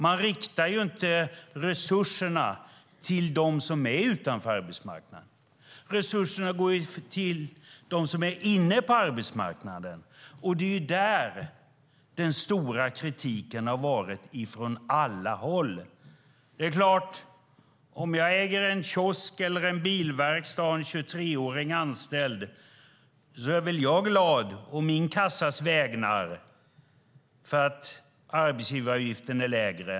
Man riktar inte resurserna till dem som är utanför arbetsmarknaden. Resurserna går till dem som är inne på arbetsmarknaden. Det är där den stora kritiken har varit från alla håll. Om jag äger en kiosk eller en bilverkstad och har en 23-åring anställd är väl jag glad å min kassas vägnar för att arbetsgivaravgiften är lägre.